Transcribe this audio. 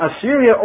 Assyria